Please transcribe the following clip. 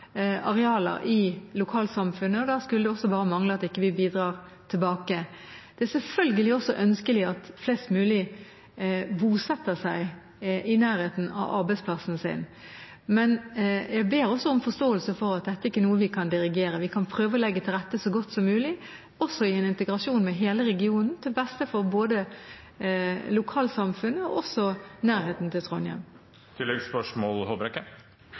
arealer i lokalsamfunnet, og da skulle det også bare mangle at man ikke bidrar tilbake. Det er selvfølgelig ønskelig at flest mulig bosetter seg i nærheten av arbeidsplassen sin, men jeg ber om forståelse for at det kan vi ikke dirigere. Vi kan prøve å legge til rette for det så godt som mulig, også i en integrasjon med hele regionen, til beste for lokalsamfunnet – og også nærheten til